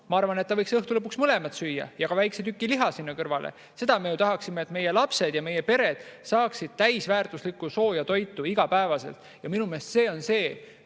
Ma arvan, et ta võiks lõpuks mõlemaid süüa ja ka väikse tüki liha sinna kõrvale. Seda me ju tahame, et meie lapsed ja meie pered saaksid täisväärtuslikku sooja toitu iga päev. Minu meelest see on see,